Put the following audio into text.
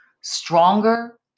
stronger